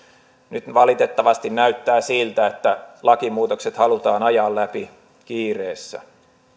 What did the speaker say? nyt ne valitettavasti näyttävät siltä että lakimuutokset halutaan ajaa läpi kiireessä